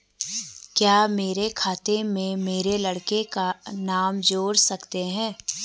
क्या मेरे खाते में मेरे लड़के का नाम जोड़ सकते हैं?